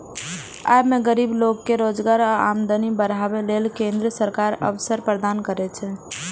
अय मे गरीब लोक कें रोजगार आ आमदनी बढ़ाबै लेल केंद्र सरकार अवसर प्रदान करै छै